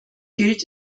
gilt